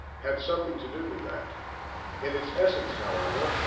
had something to do with that in its essence, however,